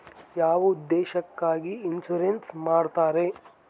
ಯಾವ ಉದ್ದೇಶಕ್ಕಾಗಿ ಇನ್ಸುರೆನ್ಸ್ ಮಾಡ್ತಾರೆ?